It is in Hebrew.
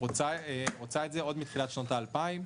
רוצה את זה עוד מתחילת שנות האלפיים.